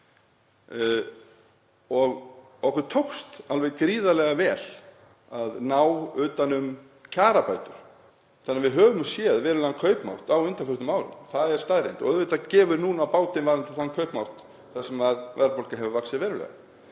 og okkur tókst alveg gríðarlega vel að ná utan um kjarabætur þannig að við höfum séð verulegan kaupmátt á undanförnum árum. Það er staðreynd. Auðvitað gefur á bátinn varðandi þann kaupmátt þar sem verðbólga hefur vaxið verulega.